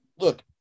Look